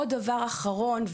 עוד דבר אחרון.